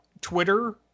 Twitter